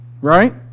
Right